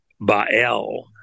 Baal